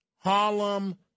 Harlem